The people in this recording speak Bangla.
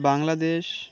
বাংলাদেশ